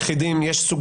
של יחידים.